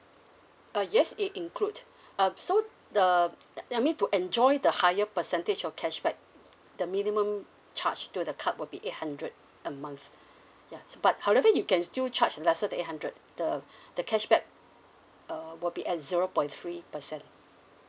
uh yes it include um so the uh I mean to enjoy the higher percentage of cashback the minimum charge to the card will be eight hundred a month ya but however you can still charge lesser than eight hundred the the cashback uh will be at zero point three percent